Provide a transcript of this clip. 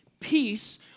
peace